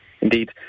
indeed